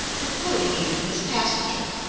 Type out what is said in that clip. including even his passenger!